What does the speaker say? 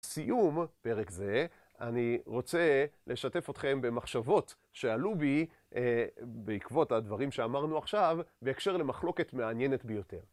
לסיום פרק זה אני רוצה לשתף אתכם במחשבות שעלו בי בעקבות הדברים שאמרנו עכשיו בהקשר למחלוקת מעניינת ביותר.